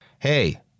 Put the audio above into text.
Hey